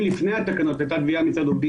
אם לפני התקנות הייתה פגיעה מצד עובדים